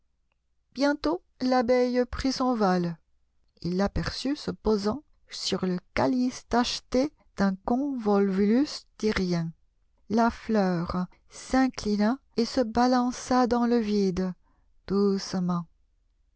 bientôt l'abeille prit son vol il l'aperçut se posant sur le calice tacheté d'un convolvulus tyrien la fleur s'inclina et se balança dans le vide